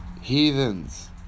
Heathens